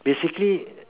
basically